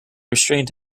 restrained